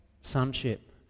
sonship